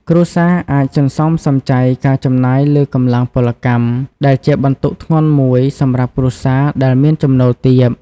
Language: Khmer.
គ្រួសារអាចសន្សំសំចៃការចំណាយលើកម្លាំងពលកម្ម ដែលជាបន្ទុកធ្ងន់មួយសម្រាប់គ្រួសារដែលមានចំណូលទាប។